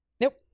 Nope